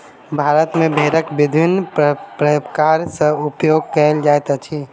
भारत मे भेड़क विभिन्न प्रकार सॅ उपयोग कयल जाइत अछि